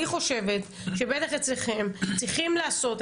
אני חושבת שאצלכם צריכים לעשות,